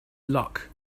luck